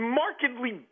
markedly